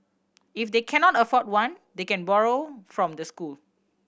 if they cannot afford one they can borrow from the school